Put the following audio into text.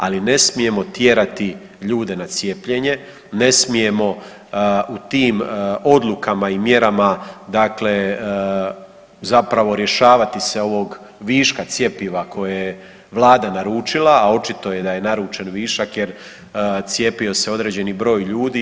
Ali ne smijemo tjerati ljude na cijepljenje, ne smijemo u tim odlukama i mjerama, dakle zapravo rješavati se ovog viška cjepiva koje je Vlada naručila, a očito da je naručen višak jer cijepio se određeni broj ljudi.